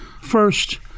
First